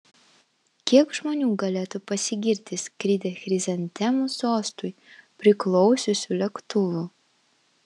kiek žmonių galėtų pasigirti skridę chrizantemų sostui priklausiusiu lėktuvu